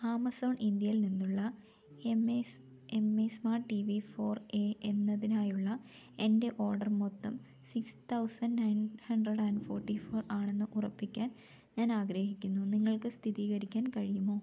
Amazon ഇന്ത്യയിൽ നിന്നുള്ള M I സ് M I smart T V four A എന്നതിനായുള്ള എൻ്റെ ഓർഡർ മൊത്തം six thousand nine hundred and forty four ആണെന്ന് ഉറപ്പിക്കാൻ ഞാനഗ്രഹിക്കുന്നു നിങ്ങൾക്ക് സ്ഥിരീകരിക്കാൻ കഴിയുമോ